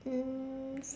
um